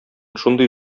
шундый